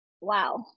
Wow